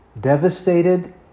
Devastated